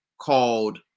called